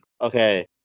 Okay